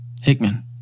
Hickman